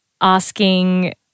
asking